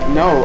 no